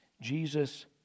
Jesus